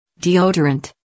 Deodorant